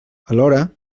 alhora